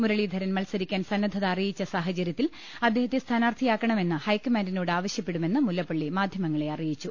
മുരളീധറൻ മത്സരിക്കാൻ സന്നദ്ധത അറിയിച്ച സാഹചര്യത്തിൽ അദ്ദേഹത്തെ സ്ഥാനാർത്ഥിയാക്കണമെന്ന് ഹൈക്കമാന്റി നോട് ആവശ്യപ്പെടുമെന്ന് മുല്ലപ്പള്ളി മാധ്യമങ്ങളെ അറിയിച്ചു